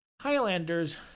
Highlanders